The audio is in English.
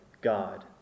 God